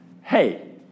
hey